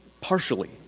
partially